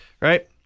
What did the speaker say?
Right